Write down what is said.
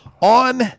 on